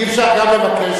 אי-אפשר גם לבקש,